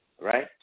Right